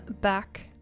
back